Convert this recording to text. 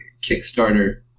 Kickstarter